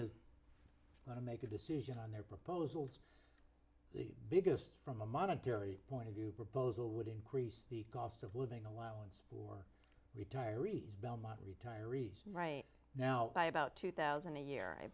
is going to make a decision on their proposals the biggest from a monetary point of view proposal would increase the cost of living allowance for retirees belmont retirees right now by about two thousand a year i